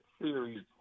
series